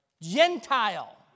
Gentile